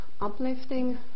uplifting